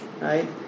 right